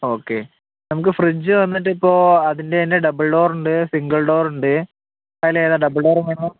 ആ ഓക്കെ നമുക്ക് ഫ്രിഡ്ജ് വന്നിട്ട് ഇപ്പോൾ അതിൻ്റെ തന്നെ ഡബിൾ ഡോർ ഉണ്ട് സിംഗിൾ ഡോർ ഉണ്ട് അതിലേതാണ് ഡബിൾ ഡോറ് വേണോ